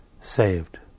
saved